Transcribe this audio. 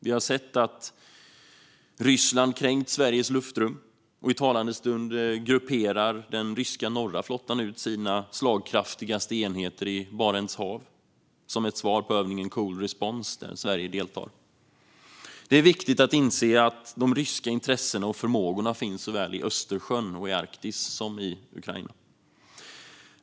Vi har sett att Ryssland kränkt Sveriges luftrum, och i talande stund grupperar den ryska norra flottan ut sina slagkraftigaste enheter i Barents hav som ett svar på övningen Cold Response där Sverige deltar. Det är viktigt att inse att ryska intressen och förmågor finns i såväl Östersjön och Arktis som Ukraina.